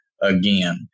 again